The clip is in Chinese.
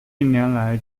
近年来